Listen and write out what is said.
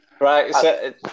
Right